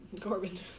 Corbin